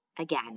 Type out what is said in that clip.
Again